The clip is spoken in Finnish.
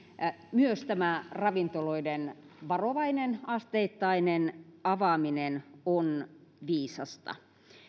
myös tämä ravintoloiden varovainen asteittainen avaaminen on viisasta